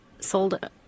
sold